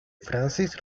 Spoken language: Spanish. francis